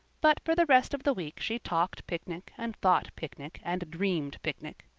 but for the rest of the week she talked picnic and thought picnic and dreamed picnic.